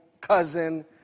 cousin